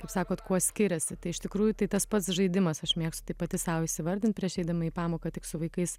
kaip sakot kuo skiriasi tai iš tikrųjų tai tas pats žaidimas aš mėgstu taip pati sau įvardint prieš eidama į pamoką tik su vaikais